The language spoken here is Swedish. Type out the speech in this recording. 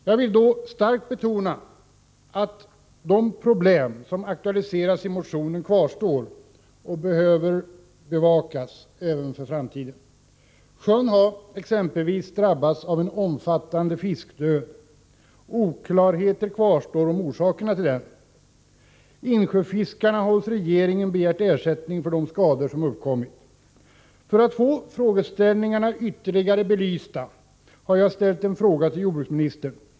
Jag vill då starkt betona att de problem som aktualiserats i motionen kvarstår och behöver bevakas även för framtiden. Sjön har exempelvis drabbats av en omfattande fiskdöd. Oklarheter kvarstår om orsakerna till denna. Insjöfiskarna har hos regeringen begärt ersättning för de skador som uppkommit. För att få frågeställningarna ytterligare belysta har jag ställt en fråga till jordbruksministern.